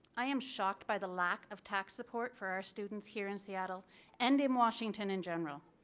i am shocked by the lack of tax support for our students here in seattle and in washington in general.